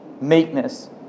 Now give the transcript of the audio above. Meekness